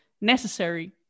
necessary